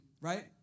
right